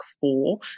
four